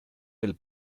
del